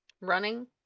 Running